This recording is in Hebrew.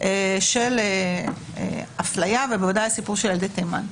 של הפליה, בוודאי הסיפור של ילדי תימן?